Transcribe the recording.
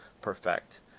perfect